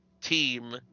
team